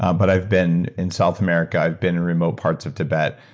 um but i've been in south america. i've been in remote parts of tibet.